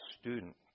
student